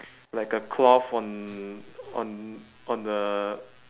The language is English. like a cloth on on on the